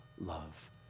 love